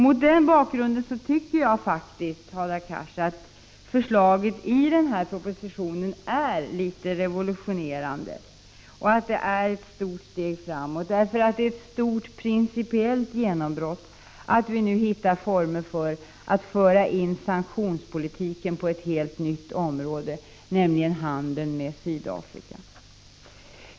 Mot den bakgrunden tycker jag faktiskt, Hadar Cars, att förslaget i propositionen är revolutionerande och att det är ett stort steg framåt. Det är ett stort principiellt genombrott att vi nu hittar former för att föra in sanktionspolitiken på ett helt nytt område, nämligen handeln med Sydafrika.